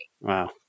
Wow